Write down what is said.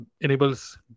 enables